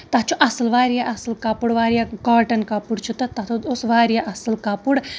تَتھ چھُ اَصٕل واریاہ اَصٕل کَپُر واریاہ کاٹن کَپُر چھُ تَتھ سُہ اوس واریاہ اَصٕل کَپُر